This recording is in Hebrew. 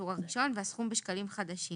ניידותהסכום בשקלים חדשים